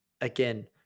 again